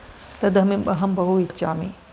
तद् अहं बहु इच्छामि